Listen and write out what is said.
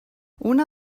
una